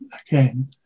again